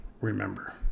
remember